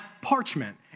parchment